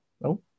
no